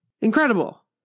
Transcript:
Incredible